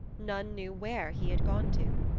none knew where he had gone to.